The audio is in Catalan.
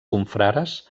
confrares